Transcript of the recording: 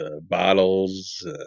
bottles